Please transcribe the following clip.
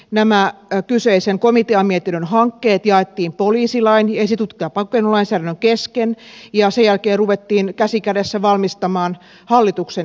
nämä kyseisen komiteamietinnön hankkeet jaettiin poliisilain ja esitutkinta ja pakkokeinolainsäädännön kesken ja sen jälkeen ruvettiin käsi kädessä valmistamaan hallituksen esityksiä